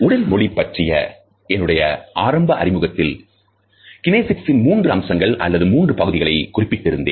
உடல் மொழி பற்றிய என்னுடைய ஆரம்ப அறிமுகத்தில் கினேசிக்ஸ்ன் மூன்று அம்சங்கள் அல்லது மூன்று பகுதிகளை குறிப்பிட்டிருந்தேன்